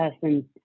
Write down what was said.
person